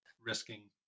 risking